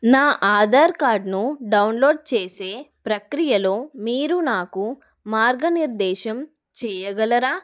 నా ఆధార్ కార్డ్ను డౌన్లోడ్ చేసే ప్రక్రియలో మీరు నాకు మార్గనిర్దేశం చెయ్యగలరా